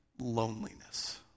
loneliness